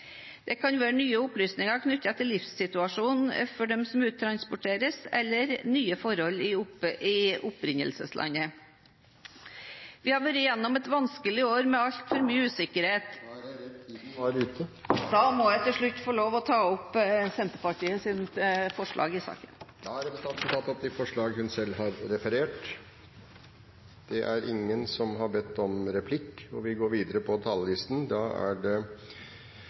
Det kan være nye opplysninger knyttet til livssituasjonen for dem som uttransporteres, eller nye forhold i opprinnelseslandet. Vi har vært gjennom et vanskelig år med altfor mye usikkerhet Da er jeg redd tiden er ute. Da må jeg til slutt få lov å ta opp Senterpartiets forslag i saken. Representanten Heidi Greni har tatt opp de forslagene hun refererte til. Først vil jeg prise initiativet til SV på et område hvor Venstre, Kristelig Folkeparti og